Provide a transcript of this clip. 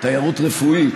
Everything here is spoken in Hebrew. תיירות רפואית.